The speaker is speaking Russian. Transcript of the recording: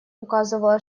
указывала